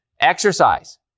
Exercise